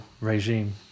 regime